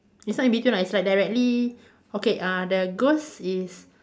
it's not in between ah it's like directly okay uh the ghost is